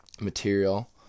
material